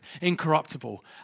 incorruptible